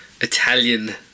Italian